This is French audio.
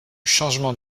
changement